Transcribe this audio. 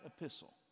epistle